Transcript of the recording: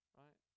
right